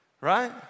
Right